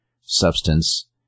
substance